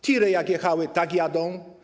Tiry jak jechały, tak jadą.